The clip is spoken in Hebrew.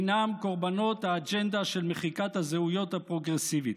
הינם קורבנות האג'נדה של מחיקת הזהויות הפרוגרסיבית.